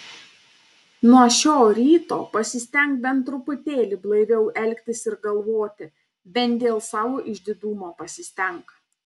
nuo šio ryto pasistenk bent truputėlį blaiviau elgtis ir galvoti bent dėl savo išdidumo pasistenk